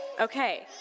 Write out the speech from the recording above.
Okay